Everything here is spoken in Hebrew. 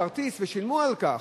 כרטיס, ושילמו על כך,